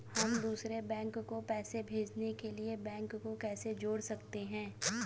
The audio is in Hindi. हम दूसरे बैंक को पैसे भेजने के लिए बैंक को कैसे जोड़ सकते हैं?